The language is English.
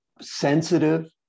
sensitive